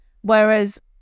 Whereas